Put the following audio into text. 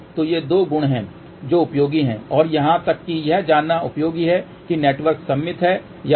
तो ये दो गुण हैं जो उपयोगी हैं और यहां तक कि यह जानना उपयोगी है कि नेटवर्क सममित है या नहीं